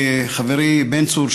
חברי בן צור,